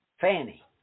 Fanny